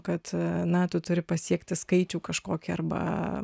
kad na tu turi pasiekti skaičių kažkokį arba